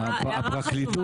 הערה חשובה מאוד.